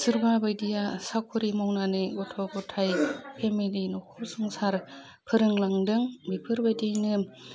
सोरबा बायदिया साख'रि मावनानै गथ' गथाइ फेमेलि नखर संसार फोरोंलांदों बेफोरबायदिनो